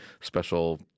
special